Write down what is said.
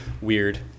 weird